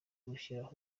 gushyiraho